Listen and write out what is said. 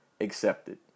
accepted